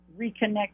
reconnect